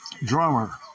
Drummer